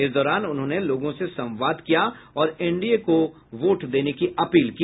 इस दौरान उन्होंने लोगों से संवाद किया और एनडीए को वोट देने की अपील की